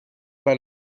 pas